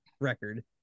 record